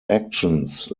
actions